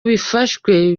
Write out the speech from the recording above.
bifashwe